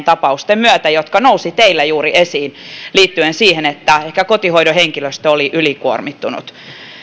tapausten myötä jotka nousivat teillä juuri esiin liittyen siihen että kotihoidon henkilöstö oli ylikuormittunut